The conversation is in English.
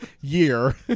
year